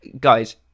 guys